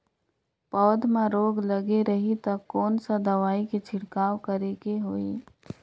पौध मां रोग लगे रही ता कोन सा दवाई के छिड़काव करेके होही?